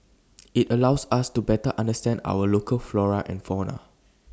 IT allows us to better understand our local flora and fauna